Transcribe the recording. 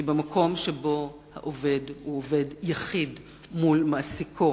כי במקום שבו העובד הוא עובד יחיד מול מעסיקו,